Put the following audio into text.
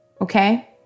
Okay